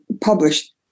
published